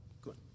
Good